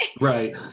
right